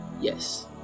yes